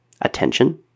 attention